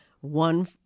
one